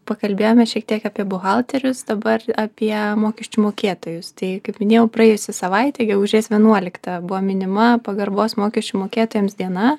pakalbėjome šiek tiek apie buhalterius dabar apie mokesčių mokėtojus tiek kaip minėjau praėjusią savaitę gegužės vienuoliktą buvo minima pagarbos mokesčių mokėtojams diena